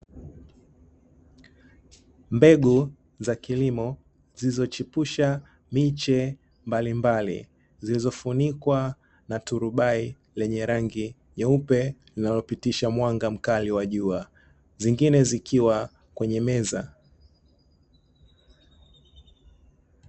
Mbegu za kilimo zilizochipusha miche mabalimbali, zilizofunikwa na turubai lenye rangi nyeupe, linalopitisha mwanga mkali wa jua, zingine zikiwa kwenye meza.